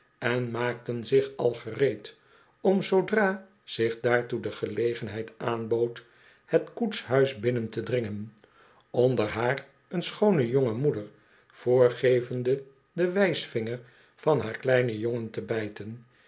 en maakten zich al gereed om zoodra zich daartoe de gelegenheid aanbood het koetshuis binnen te dringen onder haar een schoone jonge moeder voorgevende den wijsvinger van haar kleinen jongen te bijten